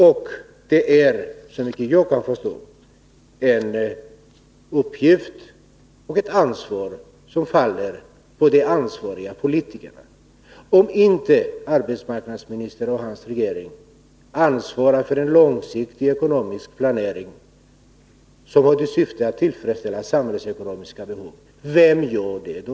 Och det är såvitt jag kan förstå en uppgift och ett ansvar som faller på de ansvariga politikerna. Om inte arbetsmarknadsministern och regeringen tar ansvaret för en långsiktig ekonomisk planering som har till syfte att tillfredsställa samhällsekonomiska behov, vem gör det då?